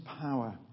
power